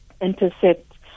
intercept